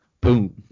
boom